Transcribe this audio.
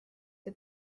see